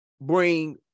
bring